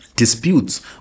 disputes